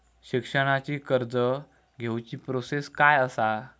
शिक्षणाची कर्ज घेऊची प्रोसेस काय असा?